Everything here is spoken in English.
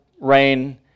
rain